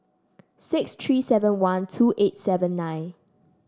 six three seven one two eight seven nine